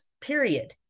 period